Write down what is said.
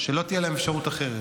שלא תהיה להם אפשרות אחרת,